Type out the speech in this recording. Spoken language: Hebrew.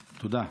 תודה.